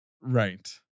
Right